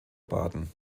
baden